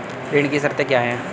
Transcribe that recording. ऋण की शर्तें क्या हैं?